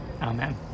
amen